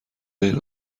غیر